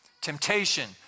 Temptation